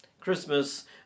Christmas